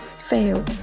fail